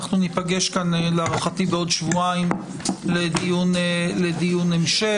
אנחנו ניפגש כאן להערכתי בעוד שבועיים לדיון המשך.